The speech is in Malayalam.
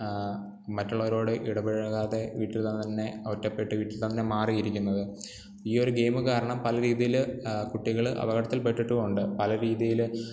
മറ്റുള്ളവരോട് ഇടപഴകാതെ വീട്ടിൽ തന്നെ ഒറ്റപ്പെട്ടു വീട്ടിൽ തന്നെ മാറി ഇരിക്കുന്നത് ഈ ഒരു ഗെയിം കാരണം പല രീതിയിൽ കുട്ടികൾ അപകടത്തിൽ പെട്ടിട്ടുമുണ്ട് പല രീതിയിൽ